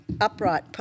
upright